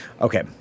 Okay